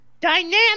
dynamic